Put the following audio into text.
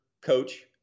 coach